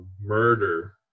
murder